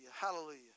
hallelujah